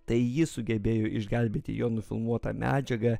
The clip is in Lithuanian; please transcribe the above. tai ji sugebėjo išgelbėti jo nufilmuotą medžiagą